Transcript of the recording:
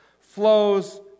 flows